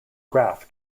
graph